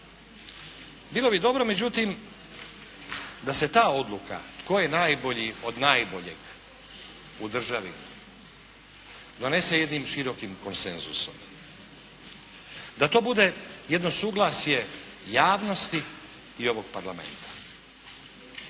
Bilo bi dobro, međutim, da se ta odluka tko je najbolji od najboljeg u državi donese jednim širokim konsenzusom, da to bude jedno suglasje javnosti i ovog parlamenta.